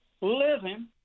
living